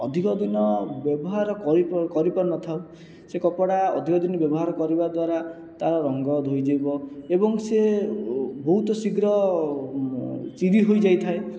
ଅଧିକ ଦିନ ବ୍ୟବହାର କରି କରି ପାରିନଥାଉ ସେ କପଡ଼ା ଅଧିକ ଦିନ ବ୍ୟବହାର କରିବା ଦ୍ୱାରା ତାର ରଙ୍ଗ ଧୋଇଯିବ ଏବଂ ସେ ବହୁତ ଶୀଘ୍ର ଚିରି ହୋଇଯାଇଥାଏ